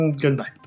Goodbye